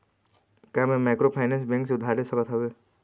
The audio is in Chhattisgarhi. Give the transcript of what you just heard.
का मैं माइक्रोफाइनेंस बैंक से उधार ले सकत हावे?